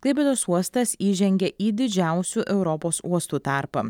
klaipėdos uostas įžengė į didžiausių europos uostų tarpą